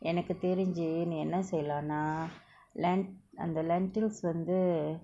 எனக்கு தெரிஞ்சி நீ என்ன செய்யலானா:enaku therinji nee enna seiyalana len~ அந்த:andtha lentils வந்து:vanthu